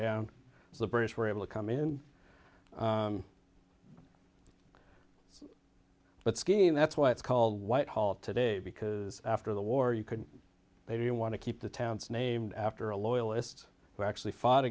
so the british were able to come in but skiing that's why it's called white hall today because after the war you could maybe you want to keep the towns named after a loyalist who actually fought